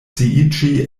sciiĝi